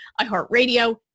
iHeartRadio